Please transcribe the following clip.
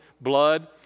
blood